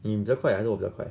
你比较快还是我比较快